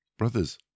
Brothers